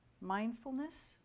mindfulness